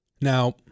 Now